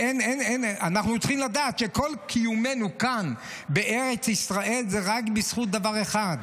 אנחנו צריכים לדעת שכל קיומנו כאן בארץ ישראל הוא רק בזכות דבר אחד,